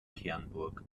kernburg